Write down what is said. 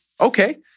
Okay